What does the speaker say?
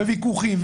וויכוחים,